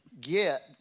get